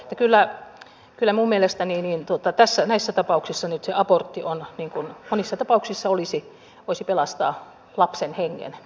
että kyllä minun mielestäni näissä tapauksissa nyt se abortti monissa tapauksissa voisi pelastaa lapsen hengen